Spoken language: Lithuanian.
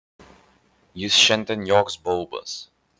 jis šiandien joks baubas